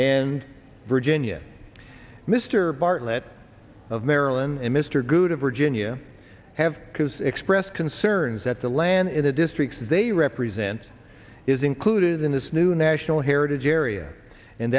and virginia mr bartlett of maryland and mr good of virginia have because expressed concerns that the land in the districts they represent is included in this new national heritage area and